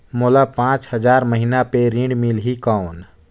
मोला पांच हजार महीना पे ऋण मिलही कौन?